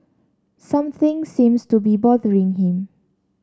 something seems to be bothering him